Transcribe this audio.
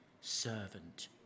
servant